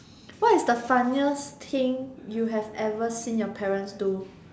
what is the funniest thing you have ever seen your parents do